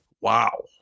wow